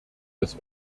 des